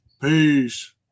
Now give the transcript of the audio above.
Peace